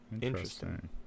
Interesting